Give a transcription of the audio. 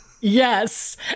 Yes